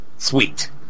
Sweet